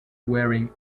wearing